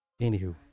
Anywho